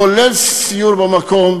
כולל סיור במקום,